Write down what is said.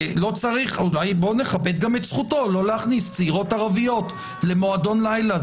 אולי נכבד גם את זכותו לא להכניס צעירות ערביות למועדון לילה,